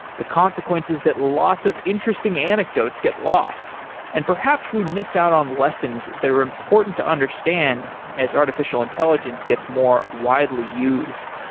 the consequences that lots of interesting anecdotes get lost and perhaps we miss out on lessons that are important to understand as artificial intelligence gets more widely used.